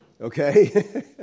okay